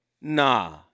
Nah